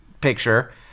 picture